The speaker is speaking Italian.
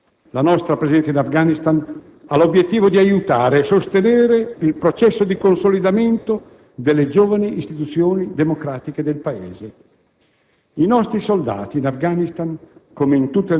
dal presidente Karzai. La nostra presenza in Afghanistan ha l'obiettivo di aiutare e sostenere il processo di consolidamento delle giovani istituzioni democratiche del Paese.